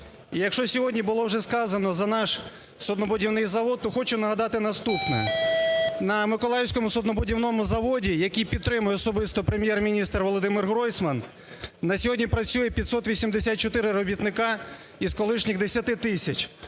якщо сьогодні було вже сказано за наш суднобудівний завод, то хочу нагадати наступне. На Миколаївському суднобудівному заводі, який підтримує особисто Прем'єр-міністр Володимир Гройсман, на сьогодні працює 584 робітника із колишніх 10 тисяч,